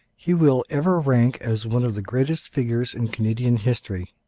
he will ever rank as one of the greatest figures in canadian history.